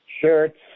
shirts